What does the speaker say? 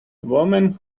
woman